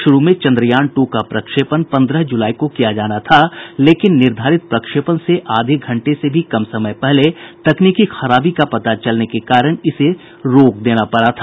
शुरू में चंद्रयान टू का प्रक्षेपण पन्द्रह जुलाई को किया जाना था लेकिन निर्धारित प्रक्षेपण से आधा घंटे से भी कम समय पहले तकनीकी खराबी का पता चलने के कारण इसे रोक देना पड़ा था